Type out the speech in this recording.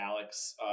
Alex